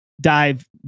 dive